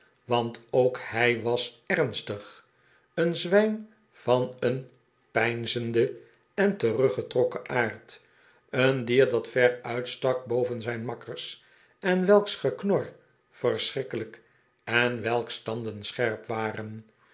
want ook hij was ernstig een zwijn van een peinzenden en teruggetrokken aard een dier dat v er uitstak boven zijn makkers en'welks geknor verschrikkelijk en welks tanden scherp waren